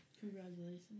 Congratulations